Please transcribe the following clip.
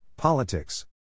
Politics